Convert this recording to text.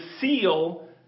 seal